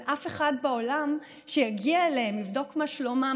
אין אף אחד בעולם שיגיע אליהם לבדוק מה שלומם,